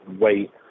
wait